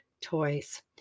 toys